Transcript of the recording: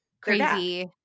crazy